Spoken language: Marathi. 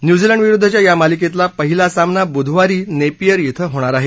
न्यूझीलंडविरुद्धच्या या मालिकेतला पहिला सामना बुधवारी नेपियर इथं होणार आहे